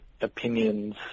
opinions